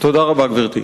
תודה רבה, גברתי.